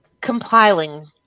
compiling